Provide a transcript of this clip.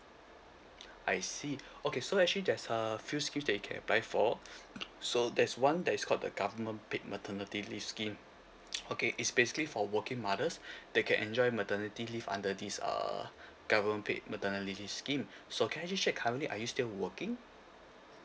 I see okay so actually there's uh a few scheme that you can apply for so there's one that is called the government paid maternity leave scheme okay it's basically for working mothers they can enjoy maternity leave under this uh government paid maternity leave scheme so can I just check currently are you still working